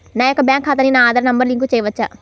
నా యొక్క బ్యాంక్ ఖాతాకి నా ఆధార్ నంబర్ లింక్ చేయవచ్చా?